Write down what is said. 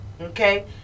Okay